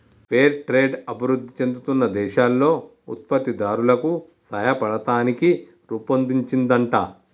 fair trade అభివృధి చెందుతున్న దేశాల్లో ఉత్పత్తి దారులకు సాయపడతానికి రుపొన్దించిందంట